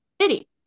city